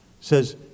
Says